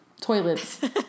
toilets